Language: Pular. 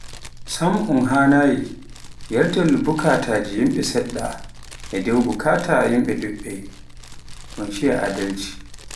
sam un haana yardol bukaata yimbe sedda e dow bukaata yimbe ɗuɓɓe, un shiiya adalci.